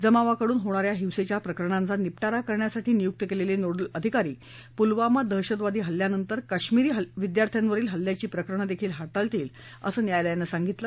जमावाकडून होणा या हिंसेच्या प्रकरणांचा निपटारा करण्यासाठी नियुक्त केलेले नोडल अधिकारी पुलवामा दहशतवादी हल्ल्यानंतर कश्मीरी विद्यार्थ्यावरील हल्ल्यांची प्रकरणंही हाताळतील असं न्यायालयानं सांगितलं